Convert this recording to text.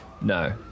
No